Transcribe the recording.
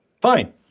fine